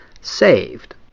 saved